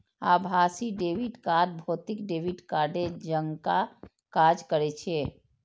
आभासी debit card भौतिक debit कार्डे जकां काज करै छै